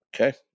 Okay